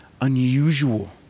unusual